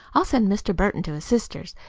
i'll send mr. burton to his sister's,